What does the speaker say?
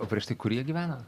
o prieš tai kurie gyveno